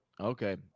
okay